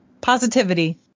Positivity